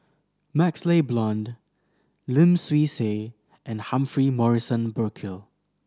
MaxLe Blond Lim Swee Say and Humphrey Morrison Burkill